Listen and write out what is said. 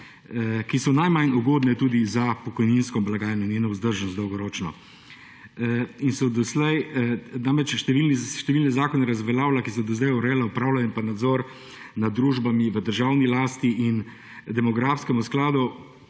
ki so najmanj ugodne tudi za pokojninsko blagajno in njeno vzdržnost dolgoročno. Namreč, številne zakone razveljavila, ki so do sedaj urejala upravljanje in nadzor nad družbami v državni lasti in demografskemu skladu